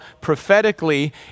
prophetically